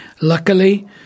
Luckily